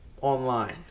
online